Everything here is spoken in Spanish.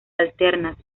alternas